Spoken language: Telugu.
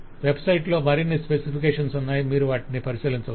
వెబ్ సైట్ లో మరిన్ని స్పెసిఫికేషన్స్ ఉన్నాయి మీరు వాటిని పరిశీలించవచ్చు